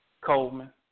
Coleman